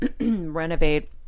renovate